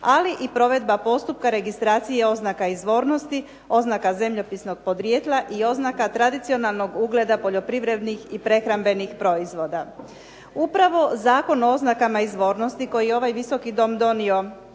ali i provedba postupka registracije i oznaka izvornosti, oznaka zemljopisnog podrijetla i oznaka tradicionalnog ugleda poljoprivrednih i prehrambenih proizvoda. Upravo Zakon o oznakama izvornosti koje je ovaj Visoki dom donio